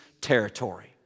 territory